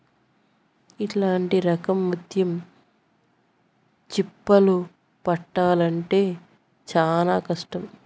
ఇట్లాంటి రకం ముత్యం చిప్పలు పట్టాల్లంటే చానా కష్టం